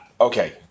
okay